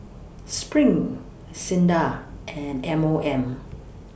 SPRING SINDA and M O M